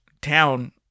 town